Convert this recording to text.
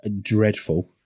dreadful